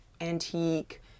antique